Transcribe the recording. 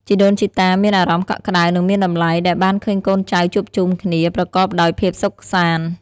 ជីដូនជីតាមានអារម្មណ៍កក់ក្តៅ និងមានតម្លៃ ដែលបានឃើញកូនចៅជួបជុំគ្នាប្រកបដោយភាពសុខសាន្ត។